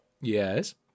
Yes